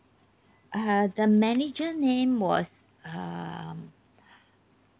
uh the manager name was um